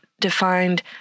defined